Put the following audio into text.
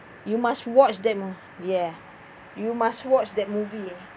you must watch them oh yeah you must watch that movie ah